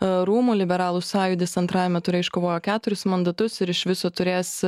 rūmų liberalų sąjūdis antrajame ture iškovojo keturis mandatus ir iš viso turės